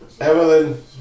Evelyn